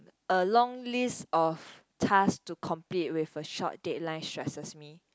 a long list of task to complete with a short deadline stresses me